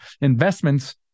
investments